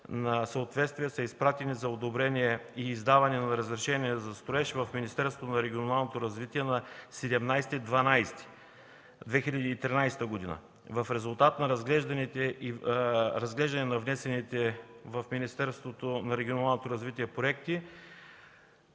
за съответствие, са изпратени за одобрение и издаване на разрешение за строеж в Министерството на регионалното развитие на 17 декември 2013 г. В резултат на разглеждане на внесените в Министерството на регионалното развитие проекти